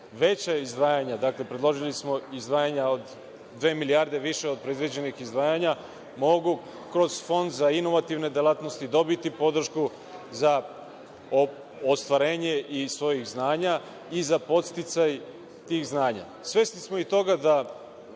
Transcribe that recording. veća izdvajanja, dakle, predložili smo izdvajanja od dve milijarde više od predviđenih izdvajanja, mogu kroz Fond za inovativne delatnosti dobiti podršku za ostvarenje i svojih znanja i za podsticaj tih znanja. Svesni smo i toga da